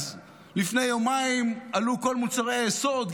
אז לפני יומיים עלו כל מוצרי היסוד,